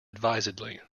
advisedly